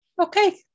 Okay